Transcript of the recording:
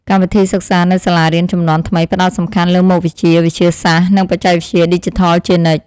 កម្មវិធីសិក្សានៅសាលារៀនជំនាន់ថ្មីផ្ដោតសំខាន់លើមុខវិជ្ជាវិទ្យាសាស្ត្រនិងបច្ចេកវិទ្យាឌីជីថលជានិច្ច។